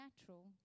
natural